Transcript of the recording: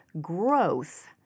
growth—